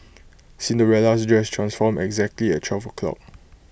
Cinderella's dress transformed exactly at twelve O' clock